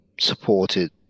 supported